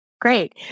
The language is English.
Great